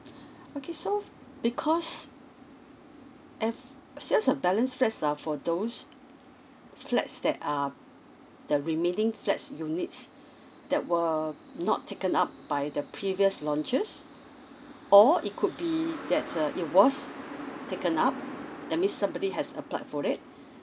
okay so because if sales and balance flats are for those flats that um the remaining flats you units that were not taken up by the previous launches or it could be that uh it was taken up that means somebody has applied for it